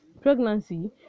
pregnancy